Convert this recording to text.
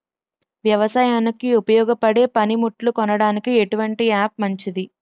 వ్యవసాయానికి ఉపయోగపడే పనిముట్లు కొనడానికి ఎటువంటి యాప్ మంచిది?